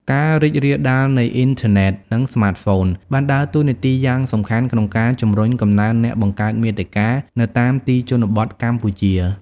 ការរីករាលដាលនៃអ៊ីនធឺណិត និងស្មាតហ្វូនបានដើរតួនាទីយ៉ាងសំខាន់ក្នុងការជំរុញកំណើនអ្នកបង្កើតមាតិកានៅតាមទីជនបទកម្ពុជា។